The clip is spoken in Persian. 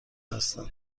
هستند